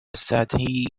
سطحی